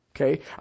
Okay